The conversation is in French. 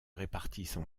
répartissent